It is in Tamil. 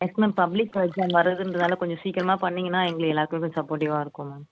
எஸ் மேம் பப்ளிக் எக்ஸாம் வருதுங்றதால கொஞ்சம் சீக்கிரமாக பண்ணிங்கனால் எங்கள் எல்லாேருக்கும் கொஞ்சம் சப்போர்ட்டிவாக இருக்கும் மேம்